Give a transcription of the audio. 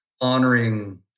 honoring